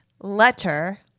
letter